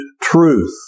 truth